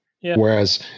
Whereas